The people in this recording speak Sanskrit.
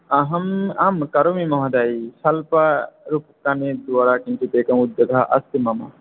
अहम् आं करोमि महोदय स्वल्परूप्यकानिद्वारा किञ्चित् एकमुद्योगः अस्ति मम